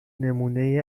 نمونه